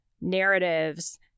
narratives